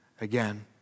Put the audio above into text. again